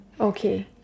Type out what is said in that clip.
Okay